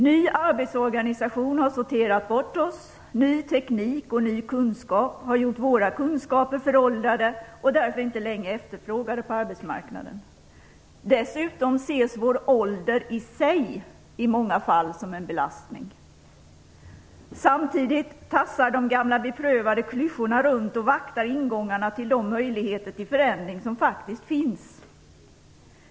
Ny arbetsorganisation har sorterat bort oss, ny teknik och ny kunskap har gjort våra kunskaper föråldrade och därför inte längre efterfrågade på arbetsmarknaden. Dessutom ses vår ålder i sig i många fall som en belastning. Samtidigt tassar de gamla beprövade klyschorna runt och vaktar ingångarna till de möjligheter till förändring som faktiskt finns.